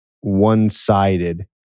one-sided